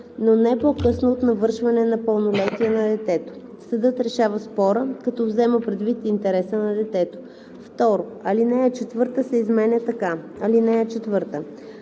но не по-късно от навършване на пълнолетие на детето. Съдът решава спора, като взема предвид интереса на детето.“ 2. Алинея 4 се изменя така: „(4) Детето